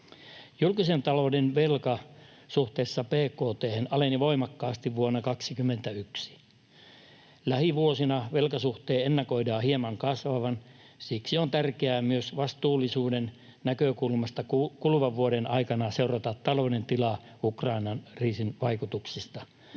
Julkisen talouden velka suhteessa bkt:hen aleni voimakkaasti vuonna 21. Lähivuosina velkasuhteen ennakoidaan hieman kasvavan. Siksi on tärkeää myös vastuullisuuden näkökulmasta kuluvan vuoden aikana seurata talouden tilaa Ukrainan kriisin vaikutuksista